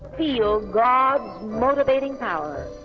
feel god's ah motivating power